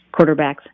quarterbacks